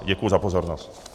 Děkuji za pozornost.